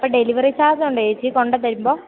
delivery ചാർജുണ്ടോ ചേച്ചീ കൊണ്ടുത്തരുമ്പോള്